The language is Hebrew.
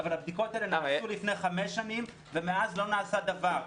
אבל הבדיקות האלה נעשו לפני חמש שנים ומאז לא נעשה דבר.